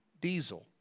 Diesel